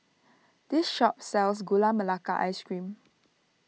this shop sells Gula Melaka Ice Cream